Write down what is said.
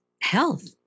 health